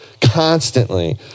constantly